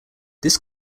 this